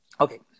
Okay